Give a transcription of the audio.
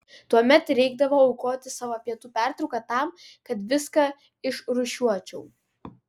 tuomet reikdavo aukoti savo pietų pertrauką tam kad viską išrūšiuočiau